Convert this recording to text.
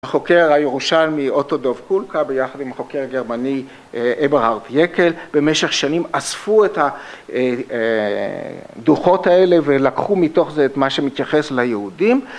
החוקר הירושלמי אוטו דוב קולקה ביחד עם חוקר גרמני אברהרד יקל, במשך שנים אספו את הדוחות האלה ולקחו מתוך זה את מה שמתייחס ליהודים